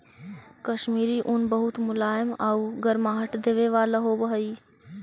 कश्मीरी ऊन बहुत मुलायम आउ गर्माहट देवे वाला होवऽ हइ